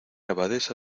abadesa